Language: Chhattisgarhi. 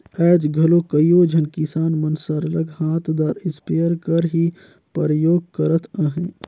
आएज घलो कइयो झन किसान मन सरलग हांथदार इस्पेयर कर ही परयोग करत अहें